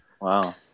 Wow